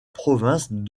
province